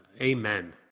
Amen